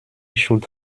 schuld